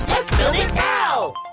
build it now